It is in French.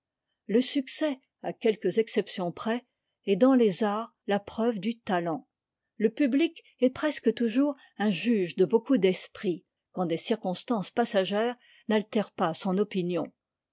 le succès à quelques exceptions près est dans les arts la preuve du talent le public est presque toujours un juge de beaucoup d'esprit quand des circonstances passagères n'altèrent pas son opinion